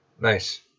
Nice